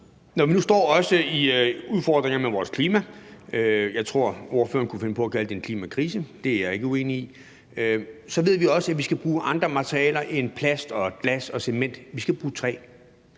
Når vi nu står med udfordringer med vores klima – jeg tror, at ordføreren kunne finde på at kalde det en klimakrise, og det er jeg ikke uenig i – så ved vi også, at vi skal bruge andre materialer end plast, glas og cement. Vi skal bruge træ.